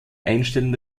einstellen